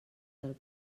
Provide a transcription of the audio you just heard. del